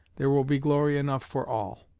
there will be glory enough for all.